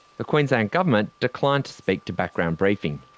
the queensland government declined to speak to background briefing.